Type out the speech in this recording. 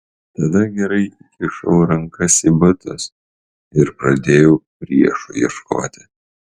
tada gerai įkišau rankas į batus ir pradėjau priešo ieškoti